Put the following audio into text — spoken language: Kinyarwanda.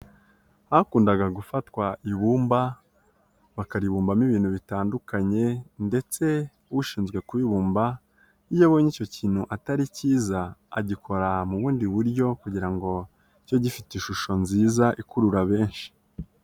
Hakundaga gufatwa ibumba bakaribumbamo ibintu bitandukanye ndetse ushinzwe kubibumba iyo abonye icyo kintu atari cyiza agikora mu bundi buryo kugira ngo kibe gifite ishusho nziza ikurura benshi.